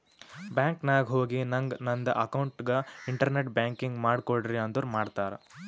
bank ನಾಗ್ ಹೋಗಿ ನಂಗ್ ನಂದ ಅಕೌಂಟ್ಗ ಇಂಟರ್ನೆಟ್ ಬ್ಯಾಂಕಿಂಗ್ ಮಾಡ್ ಕೊಡ್ರಿ ಅಂದುರ್ ಮಾಡ್ತಾರ್